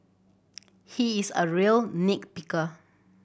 he is a real nit picker